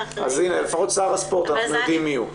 הנה, לפחות שר הספורט, אנחנו יודעים מי הוא.